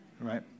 right